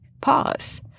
pause